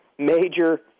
Major